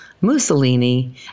Mussolini